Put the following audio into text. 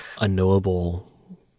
unknowable